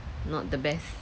not the best